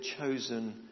chosen